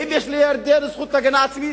האם יש לסוריה זכות הגנה עצמית?